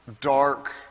dark